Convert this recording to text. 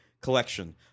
collection